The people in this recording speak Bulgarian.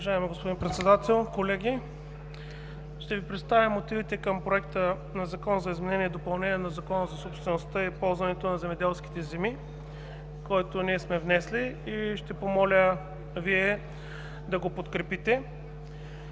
Уважаеми господин Председател, колеги! Ще Ви представя мотивите към Законопроекта за изменение и допълнение на Закона за собствеността и ползването на земеделските земи, който ние сме внесли, и ще помоля Вие да го подкрепите.